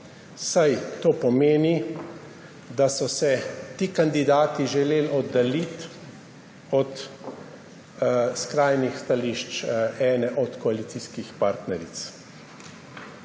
saj to pomeni, da so se ti kandidati želeli oddaljiti od skrajnih stališč ene od koalicijskih partneric.